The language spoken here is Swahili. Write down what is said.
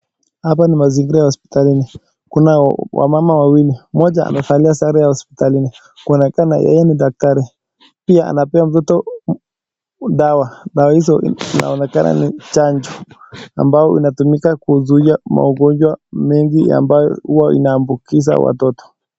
Hapa ni mazingira ya hospitalini kuna wamama wawili, mmoja amevalia sare ya hospitalini akionekana yeye ni daktari, pia anpea mtoto dawa, dawa hizo zinaonekana kuwa ni chanjo ambayo inatumika kuzuia magonjwa mengi ambayo inaambukiza watoto.